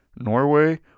Norway